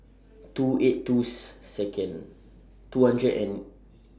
two eight two's Second two hundred and N